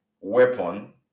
weapon